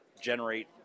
generate